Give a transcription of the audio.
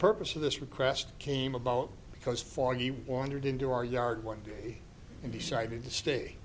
purpose of this request came about because for he wandered into our yard one day and decided to stay